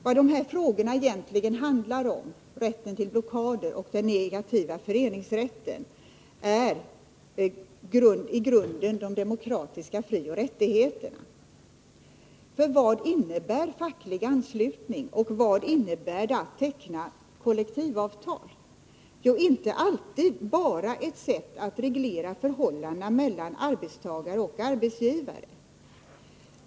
Vad dessa frågor egentligen handlar om — rätten till blockader och den negativa föreningsrätten — är i grunden de demokratiska frioch rättigheterna. För vad innebär facklig anslutning, och vad innebär det att teckna kollektivavtal? Ja, det är inte alltid bara ett sätt att reglera förhållandena Nr 43 mellan arbetstagare och arbetsgivare.